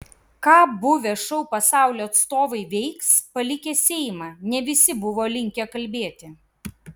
ką buvę šou pasaulio atstovai veiks palikę seimą ne visi buvo linkę kalbėti